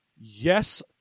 yes